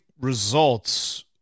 results